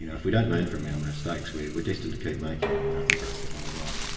you know if we don't learn from our mistakes, we're we're destined to keep making them, and i think that's the bottom line.